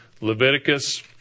Leviticus